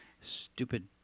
Stupid